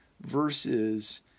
versus